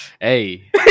Hey